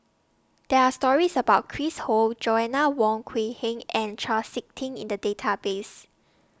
There Are stories about Chris Ho Joanna Wong Quee Heng and Chau Sik Ting in The Database